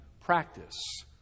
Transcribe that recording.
practice